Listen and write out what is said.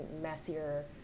messier